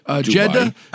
Jeddah